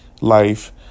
life